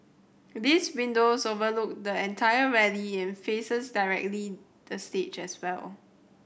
these windows overlook the entire rally and faces directly the stage as well